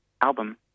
album